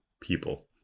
people